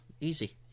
easy